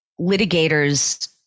litigators